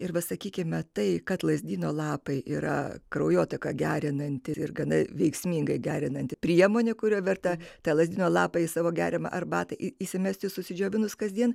ir va sakykime tai kad lazdyno lapai yra kraujotaką gerinanti ir gana veiksmingai gerinanti priemonė kurio verta tą lazdyno lapai savo geriamą arbatą įsimesti sudžiovinus kasdien